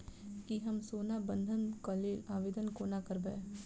की हम सोना बंधन कऽ लेल आवेदन कोना करबै?